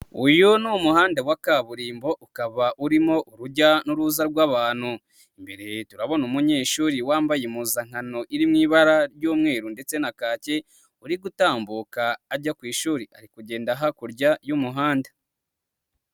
Uyu ni umuhanda wa kaburimbo, ukaba urimo urujya n'uruza rw'abantu, imbere turabona umunyeshuri wambaye impuzankano iri mui ibara ry'umweru ndetse na kaki, uri gutambuka ajya ku ishuri, ari kugenda hakurya y'umuhanda.